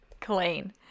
Clean